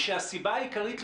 ושהסיבה העיקרית,